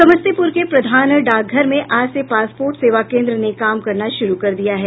समस्तीपूर के प्रधान डाकघर में आज से पासपोर्ट सेवा केन्द्र ने काम करना शुरू कर दिया है